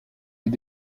est